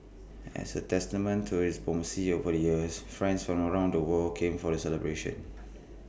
as A testament to its diplomacy over the years friends from around the world came for the celebrations